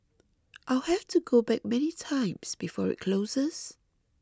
I'll have to go back many times before it closes